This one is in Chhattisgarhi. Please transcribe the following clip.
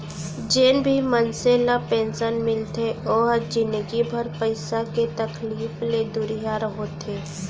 जेन भी मनसे ल पेंसन मिलथे ओ ह जिनगी भर पइसा के तकलीफ ले दुरिहा होथे